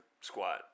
squat